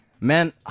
man